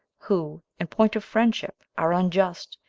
who, in point of friendship, are unjust,